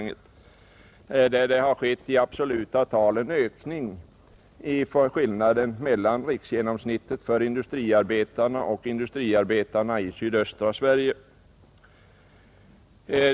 Det har skett en ökning i absoluta tal av skillnaden mellan riksgenomsnittet för industriarbetare och genomsnittet för industriarbetarna i sydöstra Sverige.